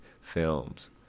films